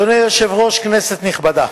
אדוני היושב-ראש, כנסת נכבדה,